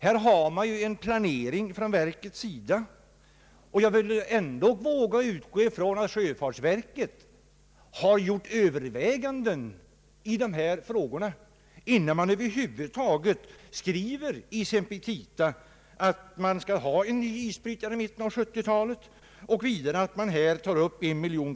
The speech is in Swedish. Här finns alltså en planering från verkets sida, och jag vågar utgå ifrån att sjöfartsverket gjort överväganden i dessa frågor, innan det över huvud taget skrivit i sina petita att en ny isbrytare bör anskaffas i mitten av 1970-talet.